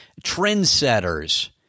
trendsetters